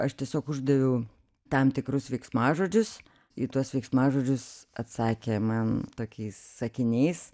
aš tiesiog uždaviau tam tikrus veiksmažodžius į tuos veiksmažodžius atsakė man tokiais sakiniais